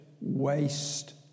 waste